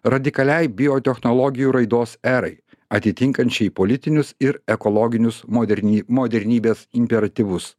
radikaliai biotechnologijų raidos erai atitinkančiai politinius ir ekologinius moderni modernybės imperatyvus